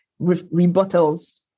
rebuttals